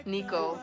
Nico